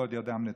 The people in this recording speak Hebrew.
ועוד ידם נטויה.